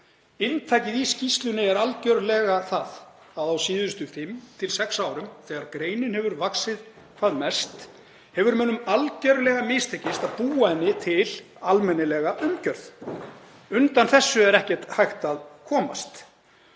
Inntakið í skýrslunni er algerlega það að á síðustu fimm til sex árum, þegar greinin hefur vaxið hvað mest, hefur mönnum algerlega mistekist að búa henni almennilega umgjörð. Undan þessu er ekkert hægt að komast.